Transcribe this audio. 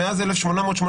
מאז 1882,